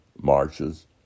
marches